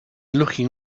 looking